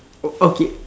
okay